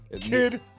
Kid